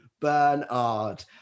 bernard